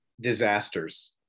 disasters